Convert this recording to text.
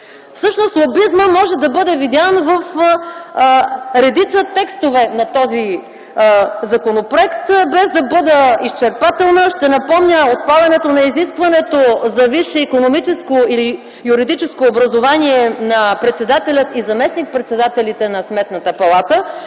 Всъщност лобизмът може да бъде видян в редица текстове на този законопроект. Без да бъда изчерпателна, ще напомня отпадането на изискването за висше икономическо или юридическо образование на председателя и заместник-председателите на Сметната палата,